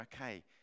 okay